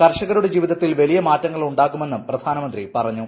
കർഷകരുടെ ജീവിതത്തിൽ വലിയ മാറ്റങ്ങളുണ്ടാകുമെന്നും പ്രധാനമന്ത്രി പറഞ്ഞു